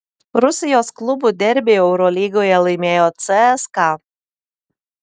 rusijos klubų derbį eurolygoje laimėjo cska